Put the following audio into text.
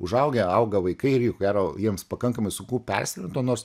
užaugę auga vaikai ir jau gero jiems pakankamai sunku persiorientuot nors